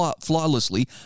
flawlessly